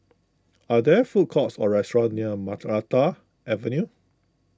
are there food courts or restaurants near Maranta Avenue